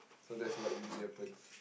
so that's what usually happens